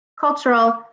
cultural